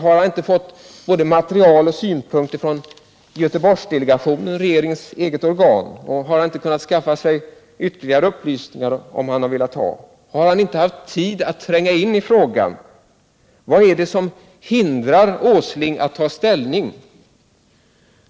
Har han inte fått både material och synpunkter från Göteborgsdelegationen, regeringens eget organ? Har han inte kunnat skaffa sig ytterligare upplysningar, om han velat ha sådana? Har han inte haft tid att tränga in i frågan? Vad är det som hindrar Åsling att ta ställning?